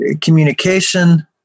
communication